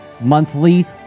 Monthly